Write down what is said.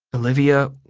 olivia,